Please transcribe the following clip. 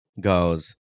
Goes